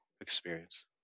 experience